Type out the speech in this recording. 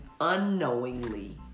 unknowingly